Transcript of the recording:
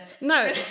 No